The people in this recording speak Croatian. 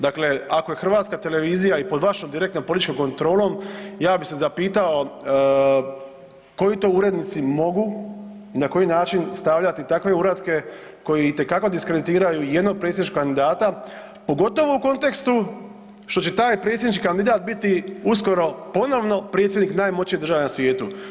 Dakle, ako je Hrvatska televizija i pod vašom direktnom političkom kontrolom ja bi se zapitao koji to urednici mogu i na koji način stavljati takve uratke koji itekako diskreditiraju jednog predsjedničkog kandidata pogotovo u kontekstu što će taj predsjednički kandidat biti uskoro ponovno predsjednik najmoćnije države na svijetu.